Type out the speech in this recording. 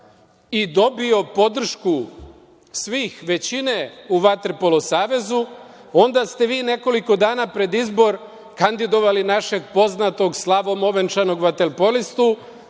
i dobio podršku svih, većine u Vaterpolu savezu, onda ste vi, nekoliko dana pred izbor, kandidovali našeg poznatog, slavom ovenčanog vaterpolistu,